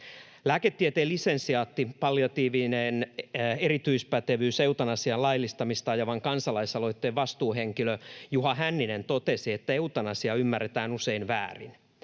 Lääketieteen lisensiaatti, palliatiivinen erityispätevyys, eutanasian laillistamista ajavan kansalaisaloitteen vastuuhenkilö Juha Hänninen totesi, että eutanasia ymmärretään usein väärin: